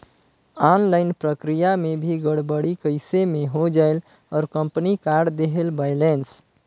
Online प्रक्रिया मे भी गड़बड़ी कइसे मे हो जायेल और कंपनी काट देहेल बैलेंस?